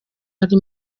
ari